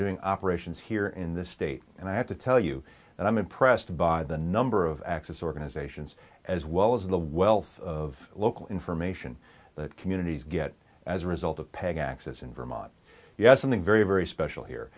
doing operations here in this state and i have to tell you and i'm impressed by the number of access organizations as well as the wealth of local information that communities get as a result of peg access in vermont you have something very very special here